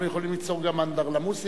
אנחנו יכולים ליצור גם אנדרלמוסיה.